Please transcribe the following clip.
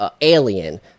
alien